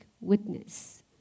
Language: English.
witness